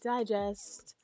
Digest